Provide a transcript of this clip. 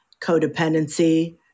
codependency